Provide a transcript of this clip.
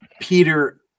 Peter